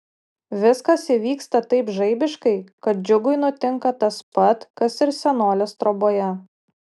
viskas įvyksta taip žaibiškai kad džiugui nutinka tas pat kas ir senolės troboje